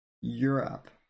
Europe